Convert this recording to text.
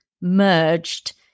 merged